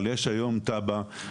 אבל יש היום תב"ע.